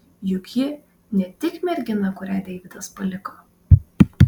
juk ji ne tik mergina kurią deividas paliko